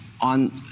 on